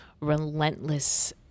relentless